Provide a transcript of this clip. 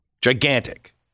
Gigantic